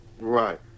Right